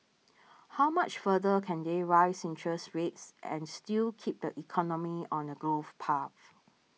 how much further can they raise interest rates and still keep the economy on a growth path